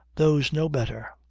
those know better.